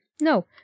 No